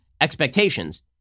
expectations